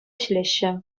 ӗҫлеҫҫӗ